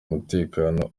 umutekano